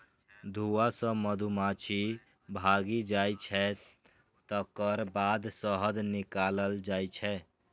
धुआं सं मधुमाछी भागि जाइ छै, तकर बाद शहद निकालल जाइ छै